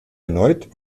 erneut